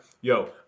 yo